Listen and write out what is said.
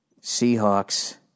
Seahawks